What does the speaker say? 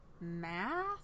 math